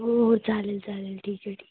हो हो चालेल चालेल ठीक आहे ठीक आहे